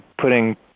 putting